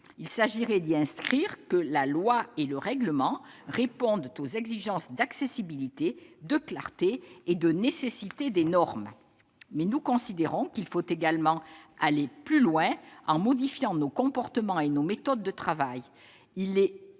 Il s'agirait d'y inscrire que « la loi et le règlement répondent aux exigences d'accessibilité, de clarté et de nécessité des normes ». Toutefois, nous considérons qu'il faut également aller plus loin en modifiant nos comportements et nos méthodes de travail. Il est